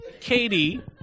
Katie